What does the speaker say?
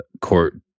court